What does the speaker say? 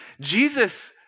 Jesus